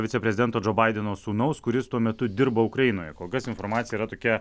viceprezidento džo baideno sūnaus kuris tuo metu dirbo ukrainoje kol kas informacija yra tokia